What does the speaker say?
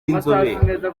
n’inzobere